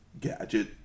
gadget